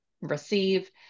receive